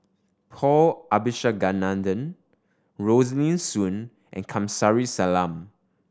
Paul Abisheganaden Rosaline Soon and Kamsari Salam